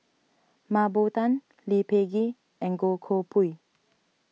Mah Bow Tan Lee Peh Gee and Goh Koh Pui